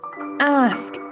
ask